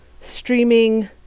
streaming